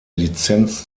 lizenz